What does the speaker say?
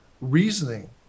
reasoning